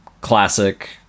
classic